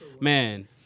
Man